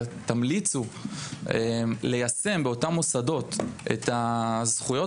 תמליצו ליישם באותם מוסדות את הזכויות